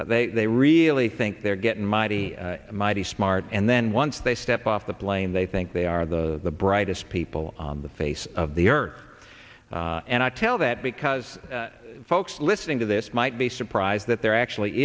airport they really think they're getting mighty mighty smart and then once they step off the plane they think they are the brightest people on the face of the earth and i tell that because folks listening to this might be surprised that there actually